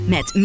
Met